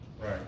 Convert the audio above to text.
Right